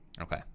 Okay